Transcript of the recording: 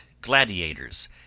gladiators